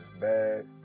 bad